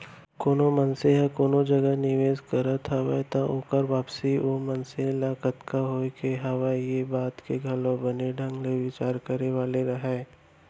कोनो मनसे ह कोनो जगह निवेस करत हवय त ओकर वापसी ओ मनसे ल कतका होय के हवय ये बात के घलौ बने ढंग ले बिचार करे वाले हरय